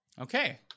Okay